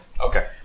Okay